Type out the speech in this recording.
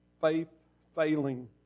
faith-failing